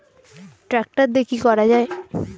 Tractor দিয়ে কি করা যায়?